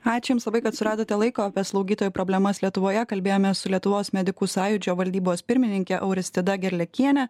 ačiū jums labai kad suradote laiko apie slaugytojų problemas lietuvoje kalbėjomės su lietuvos medikų sąjūdžio valdybos pirmininke auristida gerliakiene